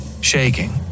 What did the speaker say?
Shaking